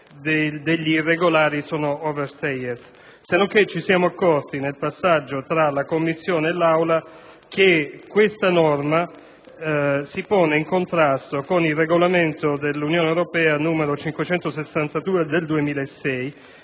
degli irregolari sono *overstayers.* Senonché ci siamo accorti, nel passaggio tra la Commissione e l'Aula, che questa norma si pone in contrasto con il Regolamento dell'Unione europea n. 562 del 2006,